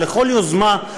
לכל יוזמה,